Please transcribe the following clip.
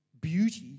beauty